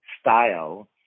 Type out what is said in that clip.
style